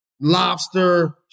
lobster